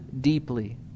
deeply